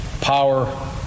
power